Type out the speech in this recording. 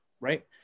right